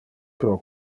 pro